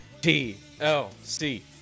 T-L-C